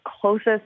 closest